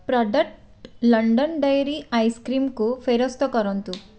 product London dairy ଆଇସ୍କ୍ରିମ୍କୁ ଫେରସ୍ତ କରନ୍ତୁ